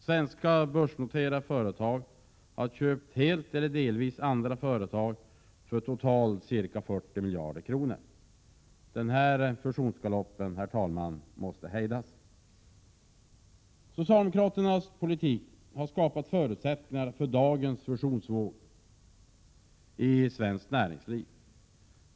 Svenska börsnoterade företag har helt eller delvis köpt andra företag för totalt ca 40 miljarder kronor. Den här fusionsgaloppen måste hejdas, herr talman! Socialdemokraternas politik har skapat förutsättningar för dagens fusionsvåg i svenskt näringsliv.